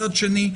מצד שני,